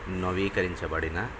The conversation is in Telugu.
నవీకరించబడిన